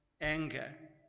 anger